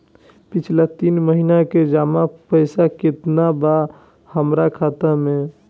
पिछला तीन महीना के जमा पैसा केतना बा हमरा खाता मे?